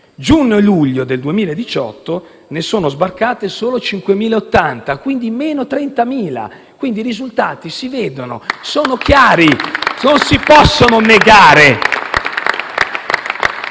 giugno e luglio del 2018 ne sono sbarcate solo 5.080, quindi 30.000 in meno. Ripeto, quindi, che i risultati si vedono, sono chiari e non si possono negare.